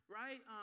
right